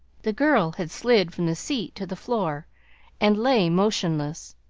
the girl had slid from the seat to the floor and lay motionless.